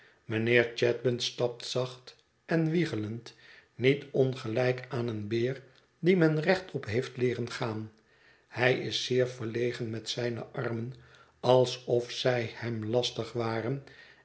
mijnheer chadband stapt zacht en wiegelend niet ongelijk aan een beer dien men rechtop heeft leeren gaan hij is zeer verlegen met zijne armen alsof zij hem lastig waren